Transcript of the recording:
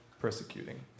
persecuting